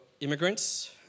immigrants